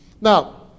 Now